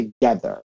together